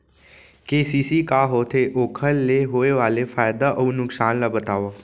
KCC का होथे, ओखर ले होय वाले फायदा अऊ नुकसान ला बतावव?